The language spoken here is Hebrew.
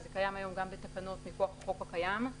וזה קיים היום גם בתקנות מכוח החוק הקיים,